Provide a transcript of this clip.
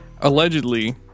allegedly